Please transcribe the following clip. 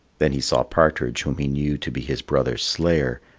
then he saw partridge, whom he knew to be his brother's slayer,